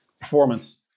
performance